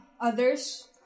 others